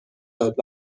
داد